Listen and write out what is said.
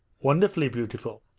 wonderfully beautiful!